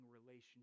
relationship